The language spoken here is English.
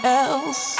else